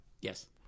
Yes